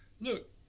look